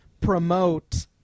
promote